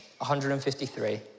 153